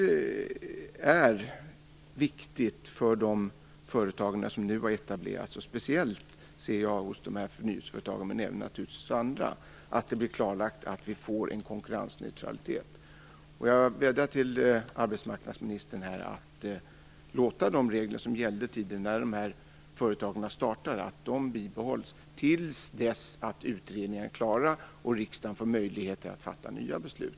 Detta är viktigt för de företag som nu har etablerat sig. Det är speciellt angeläget för förnyelseföretagen - men även naturligtvis för andra företag - att det blir klarlagt att det blir en konkurrensneutralitet. Jag vädjar till arbetsmarknadsministern att se till att de regler som gällde tidigare när dessa företag startade bibehålls till dess att utredningarna är klara och riksdagen får möjlighet att fatta nya beslut.